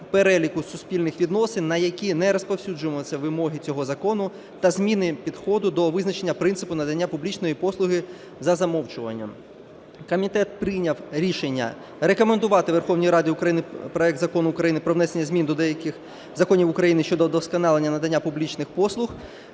переліку суспільних відносин, на які не розповсюджуються вимоги цього закону, та зміни підходу до визначення принципу надання публічної послуги за замовчуванням. Комітет прийняв рішення рекомендувати Верховній Раді України проект Закону України про внесення змін до деяких законів України щодо вдосконалення надання публічних послуг